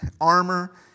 armor